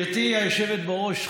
גברתי היושבת בראש,